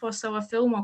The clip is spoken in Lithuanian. po savo filmo